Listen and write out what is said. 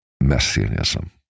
messianism